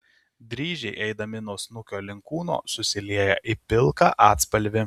dryžiai eidami nuo snukio link kūno susilieja į pilką atspalvį